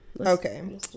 Okay